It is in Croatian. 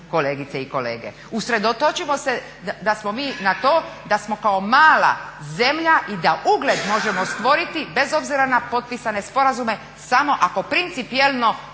kolegice i kolege. Usredotočimo se mi na to da smo kao mala zemlja i da ugled možemo stvoriti bez obzira na potpisane sporazume samo ako principijelno